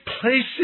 places